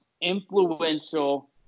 influential